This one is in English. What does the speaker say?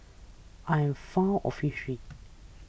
I'm fond of history